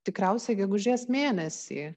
tikriausiai gegužės mėnesį